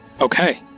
Okay